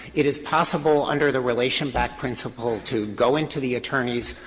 it is possible under the relation back principle to go into the attorneys'